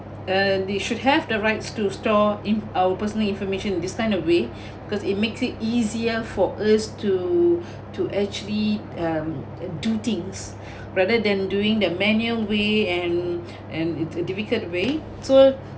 uh they should have the rights to store in our personal information in certain of way because it makes it easier for us to to actually um do things rather than doing the manual we and and in a difficult way so